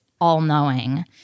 all-knowing